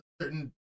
certain